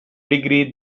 degree